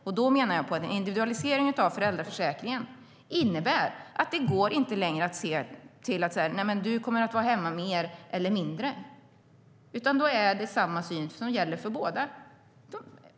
Jag menar att en individualisering av föräldraförsäkringen innebär att det inte längre går att säga vem som kommer att vara hemma mer eller mindre, utan då gäller samma för båda.